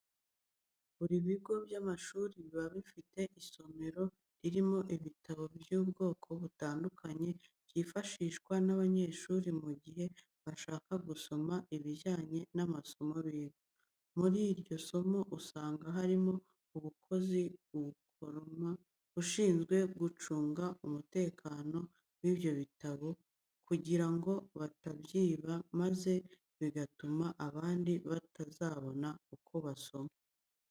Buri bigo by'amashuri biba bifite isomero ririmo ibitabo by'ubwoko butandukanye byifashishwa n'abanyeshuri mu gihe bashaka gusoma ibijyanye n'amasomo biga. Muri iryo somero usanga harimo umukozi ukoramo ushinzwe gucunga umutekano w'ibyo bitabo kugira ngo batabyiba maze bigatuma abandi batazabona uko basoma.